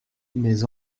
mes